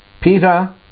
Peter